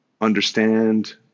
understand